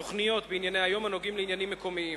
ותוכניות בענייני היום הנוגעים לעניינים מקומיים.